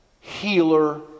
healer